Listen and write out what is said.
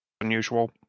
unusual